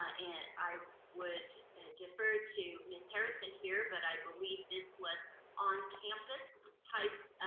and i would and defer to miss harrison here, but i believe this was on-campus type